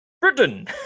Britain